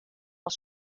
els